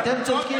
אתם צודקים.